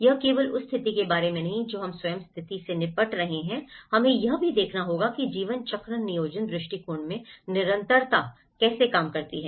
यह केवल उस स्थिति के बारे में नहीं है जो हम स्वयं स्थिति से निपट रहे हैं हमें यह देखना होगा कि जीवन चक्र नियोजन दृष्टिकोण में निरंतरता कैसे काम करती है